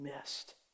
missed